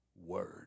word